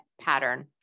pattern